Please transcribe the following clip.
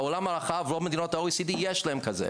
בעולם הרחב, רוב מדינות ה-OECD, יש להם כזה.